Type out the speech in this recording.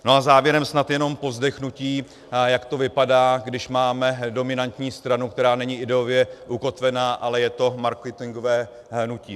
A závěrem snad jenom povzdechnutí, jak to vypadá, když máme dominantní stranu, která není ideově ukotvená, ale je to marketingové hnutí.